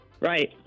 Right